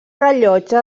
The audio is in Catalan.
rellotge